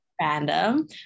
random